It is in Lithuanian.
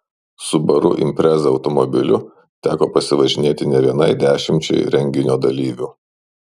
subaru impreza automobiliu teko pasivažinėti ne vienai dešimčiai renginio dalyvių